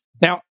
Now